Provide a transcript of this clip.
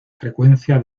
frecuencia